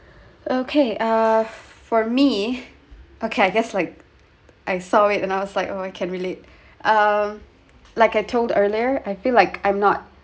okay uh for me okay I guess like I saw it and I was like oh I can relate ah like I told earlier I feel like I'm not